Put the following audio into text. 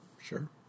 Sure